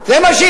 כמה עולה סוכר,